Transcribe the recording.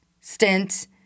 stint